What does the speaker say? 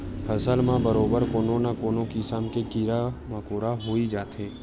फसल म बरोबर कोनो न कोनो किसम के कीरा मकोरा होई जाथे